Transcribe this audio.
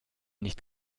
nicht